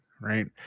Right